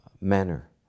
manner